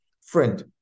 friend